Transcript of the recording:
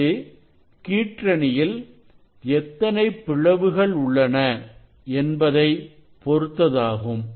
இது கீற்றணியில் எத்தனை பிளவுகள் உள்ளன என்பதை பொருத்ததாகும்